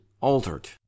altered